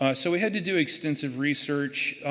ah so, we had to do extensive research.